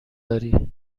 داری